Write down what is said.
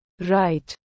Right